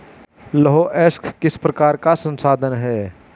लौह अयस्क किस प्रकार का संसाधन है?